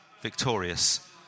victorious